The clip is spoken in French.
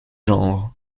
genres